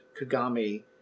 Kagami